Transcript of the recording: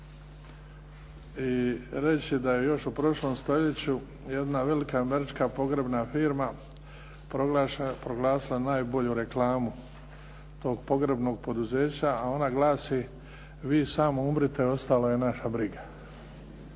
i reći da je još u prošlom stoljeću jedna velika američka pogrebna firma proglasila najbolju reklamu tog pogrebnog poduzeća, a ona glasi: "Vi samo umrite, a ostalo je naša briga".